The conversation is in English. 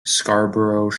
scarborough